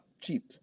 cheap